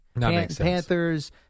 Panthers